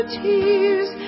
tears